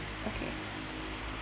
okay